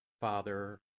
Father